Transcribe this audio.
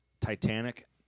Titanic